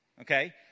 Okay